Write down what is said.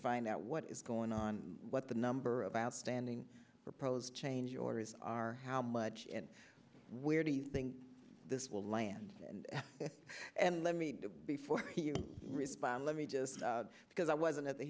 find out what is going on what the number of outstanding proposed change yours are how much and where do you think this will land and let me before you respond let me just because i wasn't at the